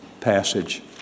passage